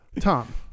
Tom